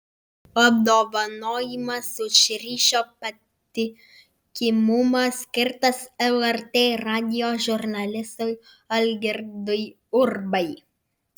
apdovanojimas už ryšio patikimumą skirtas lrt radijo žurnalistui algirdui urbai